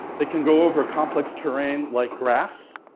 they can go over complex terrain like grass,